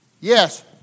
yes